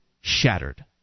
shattered